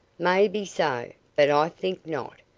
may be so, but i think not.